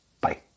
Bye